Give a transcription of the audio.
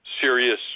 serious